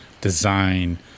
design